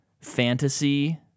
fantasy